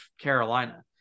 Carolina